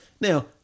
Now